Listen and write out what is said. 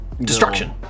destruction